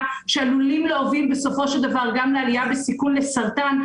שעלולים להביא בסופו של דבר גם לעלייה בסיכון לסרטן.